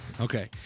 Okay